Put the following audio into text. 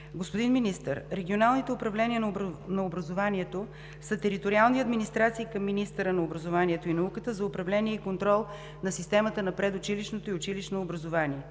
Господин Министър, регионалните управления на образованието са териториални администрации към министъра на образованието и науката за управление и контрол на системата на предучилищното и училищното образование.